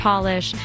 polish